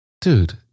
dude